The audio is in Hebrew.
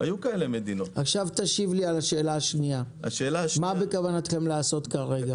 עכשיו תשיב לי על השאלה השנייה: מה בכוונתכם לעשות כרגע?